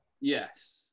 Yes